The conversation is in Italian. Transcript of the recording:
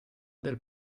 del